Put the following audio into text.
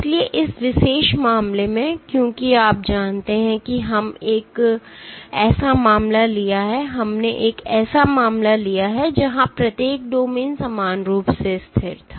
इसलिए इस विशेष मामले में क्योंकि आप जानते हैं कि हमने एक ऐसा मामला लिया है जहाँ प्रत्येक डोमेन समान रूप से स्थिर था